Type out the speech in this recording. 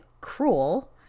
cruel